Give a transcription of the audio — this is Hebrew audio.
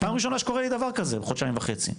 פעם ראשונה שקורה לי דבר כזה בחודשיים וחצי.